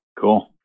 Cool